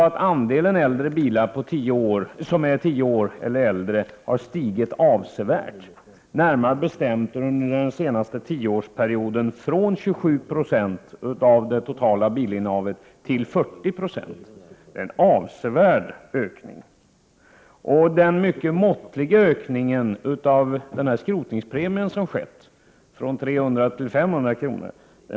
Andelen bilar som är tio år eller äldre har stigit avsevärt, under den senaste tioårsperioden från 27 96 av det totala bilinnehavet till 40 20. Den mycket måttliga ökning som skett av skrotningspremien från 300 kr. till 500 kr.